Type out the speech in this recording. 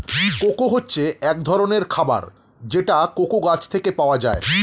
cocoa হচ্ছে এক ধরনের খাবার যেটা কোকো গাছ থেকে পাওয়া যায়